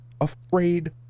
afraid